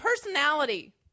personality